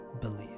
believe